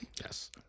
Yes